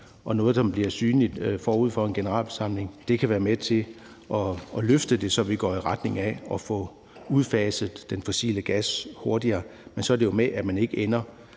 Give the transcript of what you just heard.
er noget, som bliver synligt forud for en generalforsamling, kan være med til at løfte det, så vi går i retning af at få udfaset den fossile gas hurtigere. Men så er det jo med ikke at